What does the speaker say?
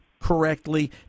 correctly